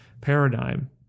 paradigm